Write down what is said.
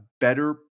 better